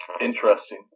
interesting